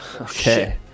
Okay